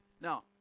Now